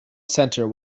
center